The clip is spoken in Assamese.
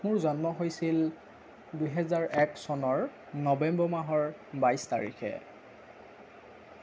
মোৰ জন্ম হৈছিল দুহেজাৰ এক চনৰ নৱেম্বৰ মাহৰ বাইছ তাৰিখে